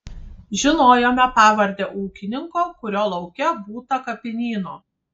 žinojome pavardę ūkininko kurio lauke būta kapinyno